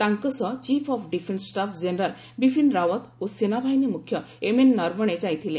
ତାଙ୍କ ସହ chief of defence staff general Bipin Rawat ଓ ସେନାବାହିନୀ ମୁଖ୍ୟ ଏମ୍ଏନ୍ ନରବଣେ ଯାଇଥିଲେ